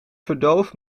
verdoofd